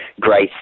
grace